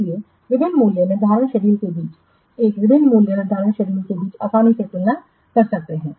इसलिए विभिन्न मूल्य निर्धारण शेड्यूल के बीच वह विभिन्न मूल्य निर्धारण शेड्यूल के बीच आसानी से तुलना कर सकता है